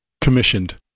commissioned